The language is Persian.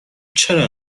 چرا